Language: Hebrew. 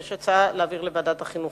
ויש הצעה להעביר לוועדת החינוך.